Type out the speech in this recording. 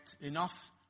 enough